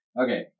Okay